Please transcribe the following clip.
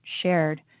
shared